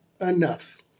enough